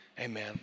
Amen